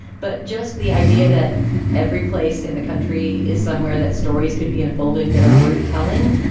but just the idea that every place in the country is somewhere that stories could be unfolding that are worth telling.